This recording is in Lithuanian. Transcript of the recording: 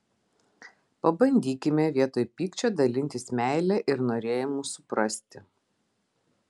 pabandykime vietoj pykčio dalintis meile ir norėjimu suprasti